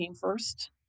first